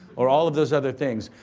or all of those other things,